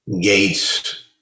gates